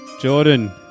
Jordan